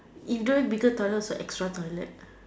if don't have bigger toilet also extra toilet